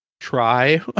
try